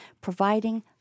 providing